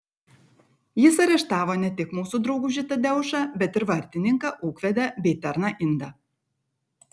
jis areštavo ne tik mūsų draugužį tadeušą bet ir vartininką ūkvedę bei tarną indą